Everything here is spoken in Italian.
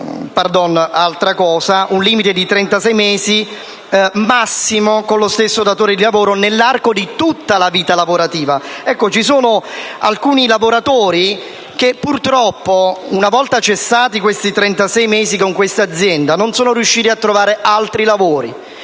massimo di 36 mesi con lo stesso datore di lavoro, nell'arco di tutta la vita lavorativa. Ci sono alcuni lavoratori che purtroppo, una volta cessati i 36 mesi con un'azienda, non riescono a trovare altri lavori